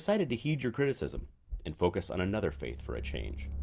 so to to heed your criticism and focus on another faith for a change